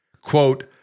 Quote